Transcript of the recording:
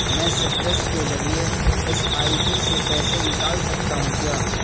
میں سٹرس کے ذریعے ایس آئی پی سے پیسے نکال سکتا ہوں کیا